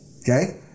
okay